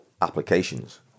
applications